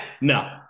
no